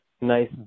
nice